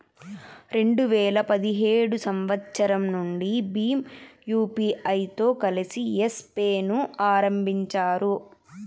రెండు వేల పదిహేడు సంవచ్చరం నుండి భీమ్ యూపీఐతో కలిసి యెస్ పే ను ఆరంభించారు